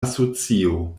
asocio